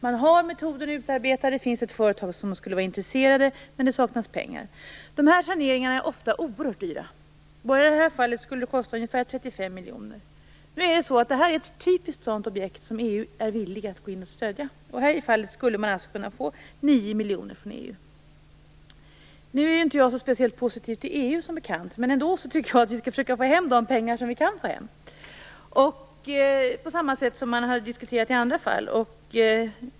Det finns metoder utarbetade. Det finns också ett företag som skulle kunna vara intresserat, men det saknas pengar. Ofta är sådana här saneringar oerhört dyra. Bara i detta fall skulle det kosta ungefär 35 miljoner kronor, men det här objektet är ett just ett sådant objekt som EU är villigt att stödja. I detta fall skulle man nämligen kunna få 9 miljoner kronor från EU. Jag är, som bekant, inte särskilt positiv till EU. Ändå tycker jag att vi skall försöka få hem de pengar som vi kan ta hem, precis som man diskuterat i andra fall.